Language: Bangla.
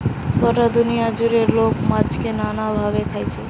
গটা দুনিয়া জুড়ে লোক মাছকে নানা ভাবে খাইছে